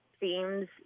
themes